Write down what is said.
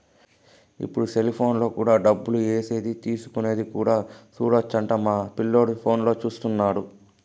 ఇప్పుడు సెలిపోనులో కూడా డబ్బులు ఏసేది తీసుకునేది కూడా సూడొచ్చు అంట మా పిల్లోడు ఫోనులో చూత్తన్నాడు